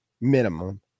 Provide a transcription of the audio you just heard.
Minimum